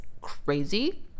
crazy